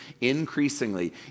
increasingly